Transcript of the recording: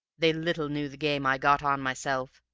they little knew the game i'd got on myself,